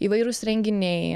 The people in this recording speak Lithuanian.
įvairūs renginiai